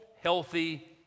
healthy